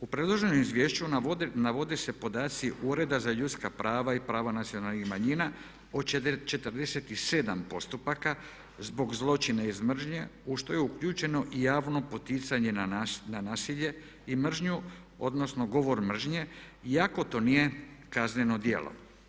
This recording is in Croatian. U predloženom izvješću navode se podaci ureda za ljudska prava i prava nacionalnih o 47 postupaka zbog zločina iz mržnje u što je uključeno i javno poticanje na nasilje i mržnju odnosno govor mržnje iako to nije kazneno djelo.